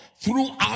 throughout